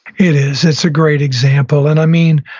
it is. it's a great example. and i mean,